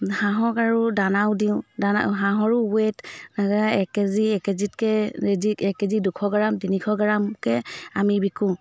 হাঁহক আৰু দানাও দিওঁ দানা হাঁহৰো ৱেট এক কেজি এক কেজিতকৈ এক কেজি দুশ গ্ৰাম তিনিশ গ্ৰামকে আমি বিকো